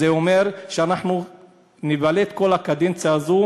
זה אומר שאנחנו נבלה את כל הקדנציה הזו